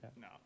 No